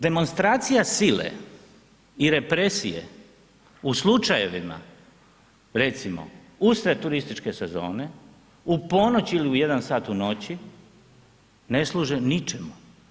Demonstracija sile i represije u slučajevima recimo usred turističke sezone u ponoć ili u 1h u noći ne služe ničemu.